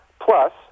plus